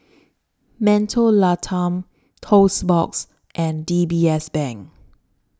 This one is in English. Mentholatum Toast Box and D B S Bank